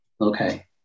Okay